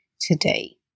today